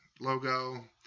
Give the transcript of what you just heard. logo